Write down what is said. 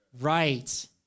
Right